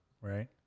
right